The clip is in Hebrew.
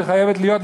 היא חייבת להיות,